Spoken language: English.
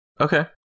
Okay